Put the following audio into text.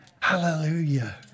hallelujah